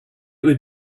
would